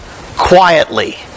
quietly